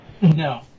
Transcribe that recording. No